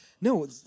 No